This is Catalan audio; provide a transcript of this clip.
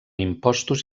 impostos